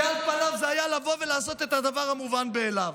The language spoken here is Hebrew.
כי על פניו זה היה לבוא ולעשות את הדבר המובן מאליו.